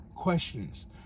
questions